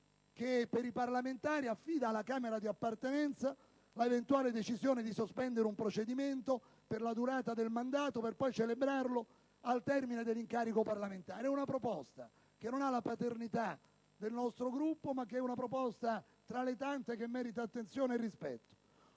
che, per i parlamentari, affida alla Camera di appartenenza l'eventuale decisione di sospendere un procedimento per la durata del mandato, per poi celebrare il processo al termine dell'incarico parlamentare. Si tratta di una proposta che non ha la paternità del nostro Gruppo, ma è tra le tante che meritano attenzione e rispetto.